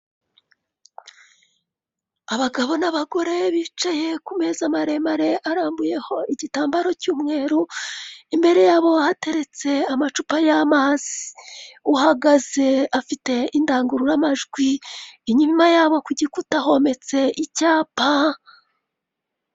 Abagabo n'abagore bicaye ku meza maremare arambuyeho igitambaro cy'umweru, imbere yabo hateretse amacupa y'amazi, uhagaze afite indangururamajwi, inyuma yabo ku gikuta hometse icyapa.